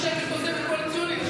אין שקל תוספת קואליציונית,